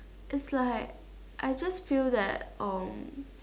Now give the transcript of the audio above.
it's like I just feel that um